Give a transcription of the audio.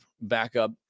backup